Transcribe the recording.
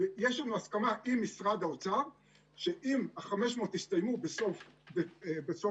ויש לנו הסכמה עם משרד האוצר שאם ה-500 מיליון יסתיימו בסוף אוגוסט,